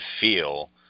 feel